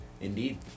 Indeed